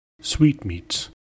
Sweetmeats